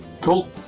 Cool